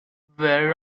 where